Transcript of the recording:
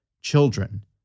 children